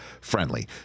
friendly